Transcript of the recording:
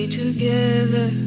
together